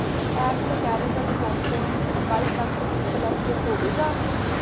ਕੀ act caramel popcorn ਕੱਲ੍ਹ ਤੱਕ ਉਪਲਬਧ ਹੋਵੇਗਾ